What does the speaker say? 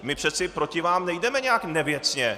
My přece proti vám nejdeme nijak nevěcně.